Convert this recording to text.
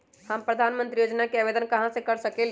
हम प्रधानमंत्री योजना के आवेदन कहा से कर सकेली?